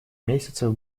месяцев